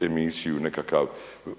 emisiju, nekakav